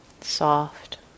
soft